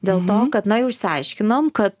dėl to kad na jau išsiaiškinom kad